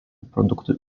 produktų